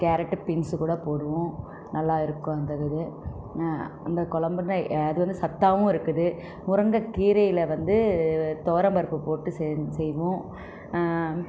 carrot beans கூட போடுவோம் நல்லா இருக்கும் அந்த இதுது அந்த கொழம்புனால் அது வந்து சத்தாகவும் இருக்குது முருங்கக்கீரையில் வந்து துவரம்பருப்பு போட்டு செஞ் செய்வோம்